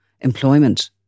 employment